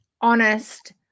honest